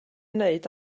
wneud